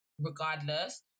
regardless